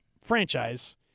franchise